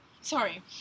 sorry